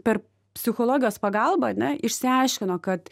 per psichologijos pagalbą ane išsiaiškino kad